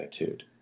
attitude